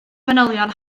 fanylion